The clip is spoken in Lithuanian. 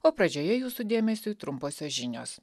o pradžioje jūsų dėmesiui trumposios žinios